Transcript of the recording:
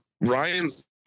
ryan's